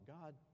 God